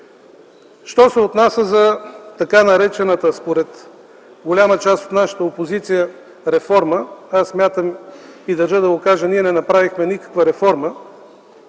Що се отнася за така наречената реформа, според голяма част от нашата опозиция, аз смятам и държа да кажа: ние не направихме никаква реформа.